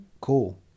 cool